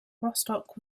rostock